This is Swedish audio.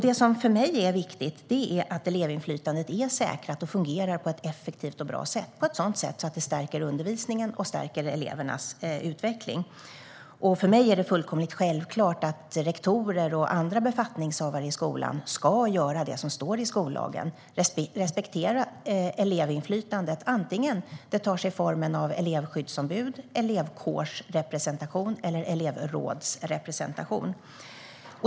Det som för mig är viktigt är att elevinflytandet är säkrat och fungerar på ett effektivt och bra sätt så att det stärker undervisningen och elevernas utveckling. För mig är det fullkomligt självklart att rektorer och andra befattningshavare i skolan ska göra det som står i skollagen och respektera elevinflytandet oavsett vilken form det tar sig - elevskyddsombud, elevkårsrepresentation eller elevrådsrepresentation.